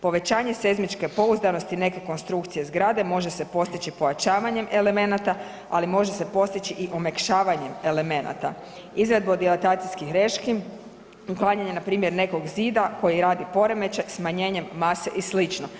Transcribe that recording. Povećanje seizmičke pouzdanosti neke konstrukcije zgrade može se postići pojačavanjem elemenata, ali se može se postići i omekšavanjem elemenata, izradu diletacijskih reški, uklanjanje npr. nekog zida koji radi poremećaj, smanjenje mase i sl.